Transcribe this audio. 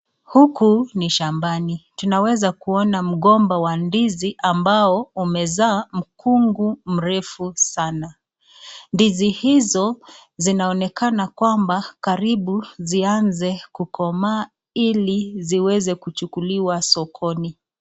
Huku ni shambani, tuweza kuona mgomba wa ndizi ambao umezaa mkungu mrefu sana. Ndizi hizo zinaonekana kwamba karibu zianze kukomaa ili ziweze kuchukuliwa sokoni.